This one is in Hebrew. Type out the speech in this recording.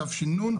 תש"ן,